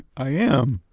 i am!